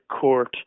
court